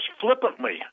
flippantly